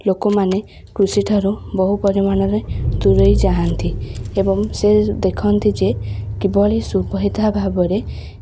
ଲୋକମାନେ କୃଷି ଠାରୁ ବହୁ ପରିମାଣରେ ଦୂରେଇ ଯାଆନ୍ତି ଏବଂ ସେ ଦେଖନ୍ତି ଯେ କିଭଳି ଶୁଭ ହେତା ଭାବରେ